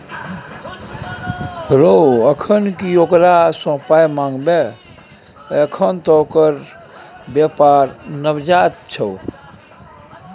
रौ अखन की ओकरा सँ पाय मंगबै अखन त ओकर बेपार नवजात छै